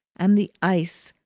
and the ice,